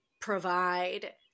provide